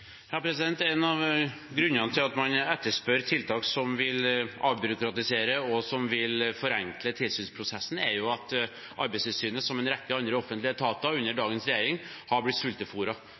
En av grunnene til at man etterspør tiltak som vil avbyråkratisere og forenkle tilsynsprosessen, er jo at Arbeidstilsynet, som en rekke andre offentlige etater under dagens regjering, har blitt